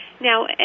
Now